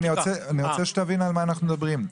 אני רוצה שתבין על מה אנחנו מדברים,